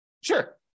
Sure